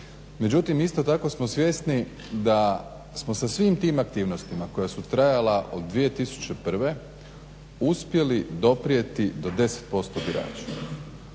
Međutim, isto tako smo svjesni da smo sa svim tim aktivnostima koja su trajala od 2001. uspjeli doprijeti do 10% birača.